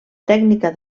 tècnica